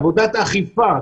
עבודת אכיפה,